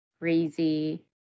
crazy